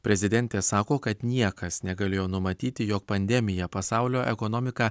prezidentė sako kad niekas negalėjo numatyti jog pandemija pasaulio ekonomiką